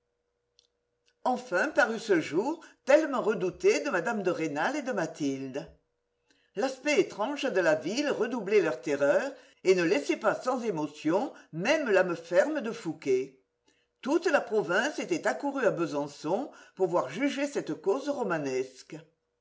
enfin parut ce jour tellement redouté de mme de rênal et de mathilde l'aspect étrange de la ville redoublait leur terreur et ne laissait pas sans émotion même l'âme ferme de fouqué toute la province était accourue à besançon pour voir juger cette cause romanesque